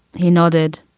he nodded.